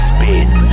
Spin